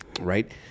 right